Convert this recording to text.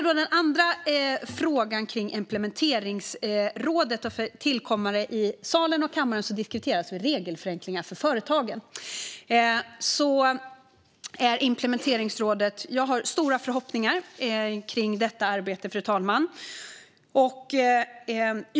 Den andra frågan gällde implementeringsrådet - för nytillkomna i salen och kammaren ska sägas att vi diskuterar regelförenklingar för företagen. Jag har stora förhoppningar kring arbetet med implementeringsrådet, fru talman.